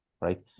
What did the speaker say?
right